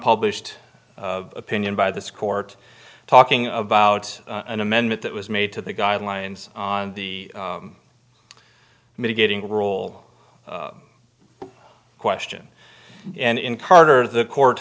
unpublished opinion by this court talking about an amendment that was made to the guidelines on the mitigating role question and in carter the court